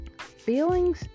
feelings